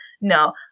No